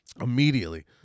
immediately